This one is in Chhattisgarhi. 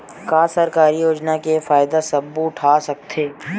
का सरकारी योजना के फ़ायदा सबो उठा सकथे?